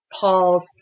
Paul's